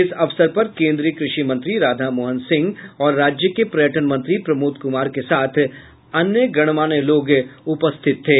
इस अवसर पर केंद्रीय कृषि मंत्री राधा मोहन सिंह और राज्य के पर्यटन मंत्री प्रमोद कुमार के साथ अन्य गणमान्य लोग उपस्थित थे